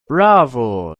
bravo